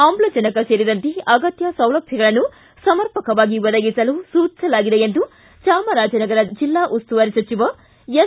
ಆಮ್ಲಜನಕ ಸೇರಿದಂತೆ ಅಗತ್ಯ ಸೌಲಭ್ಯಗಳನ್ನು ಸಮರ್ಪಕವಾಗಿ ಒದಗಿಸಲು ಸೂಚಿಸಲಾಗಿದೆ ಎಂದು ಜಾಮರಾಜನಗರ ಜಿಲ್ಲಾ ಉಸ್ತುವಾರಿ ಸಚಿವ ಎಸ್